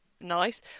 Nice